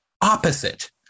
opposite